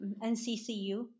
NCCU